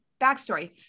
backstory